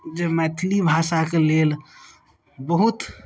जे मैथिली भाषाके लेल बहुत